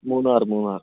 Munnar Munnar